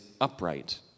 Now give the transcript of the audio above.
upright